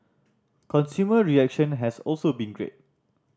consumer reaction has also been great